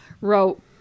wrote